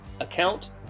account